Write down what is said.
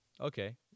Okay